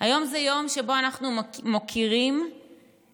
היום הוא היום שבו אנחנו מוקירים את